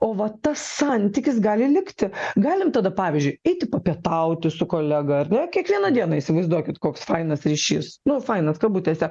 o va tas santykis gali likti galim tada pavyzdžiui eiti papietauti su kolega ar ne kiekvieną dieną įsivaizduokit koks fainas ryšys nu fainas kabutėse